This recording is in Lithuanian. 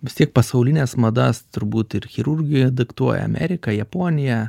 vis tiek pasaulines madas turbūt ir chirurgija diktuoja amerika japonija